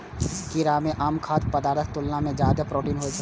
कीड़ा मे आम खाद्य पदार्थक तुलना मे जादे प्रोटीन होइ छै